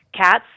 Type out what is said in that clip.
Cats